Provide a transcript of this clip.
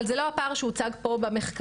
אבל זה לא הפער שהוצג פה במחקר.